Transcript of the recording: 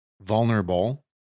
vulnerable